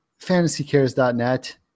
fantasycares.net